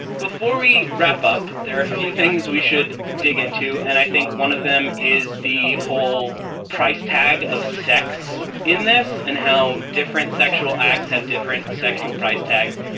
before we wrap up, there are a few things we should dig into. and i think one of them is the whole price tag of sex in this and how different sexual acts have different sexual price tags.